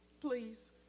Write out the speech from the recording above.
please